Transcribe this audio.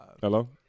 Hello